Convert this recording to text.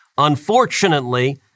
Unfortunately